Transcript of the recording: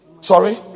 Sorry